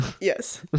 yes